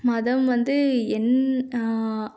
மதம் வந்து என்